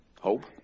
Hope